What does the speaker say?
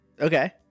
okay